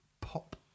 pop